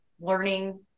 learning